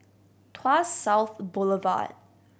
Tuas South Boulevard